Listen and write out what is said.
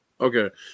Okay